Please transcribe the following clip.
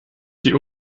die